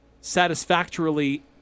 satisfactorily